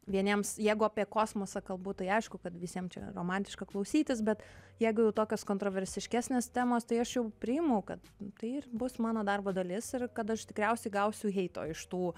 vieniems jeigu apie kosmosą kalbu tai aišku kad visiem čia romantiška klausytis bet jeigu jau tokios kontroversiškesnės temos tai aš jau priimu kad tai ir bus mano darbo dalis ir kad aš tikriausiai gausiu heito iš tų